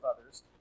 others